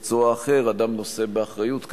הוא מנוגד לעיקרון בסיסי שנוגע לבעלי מקצועות מן הסוג הזה,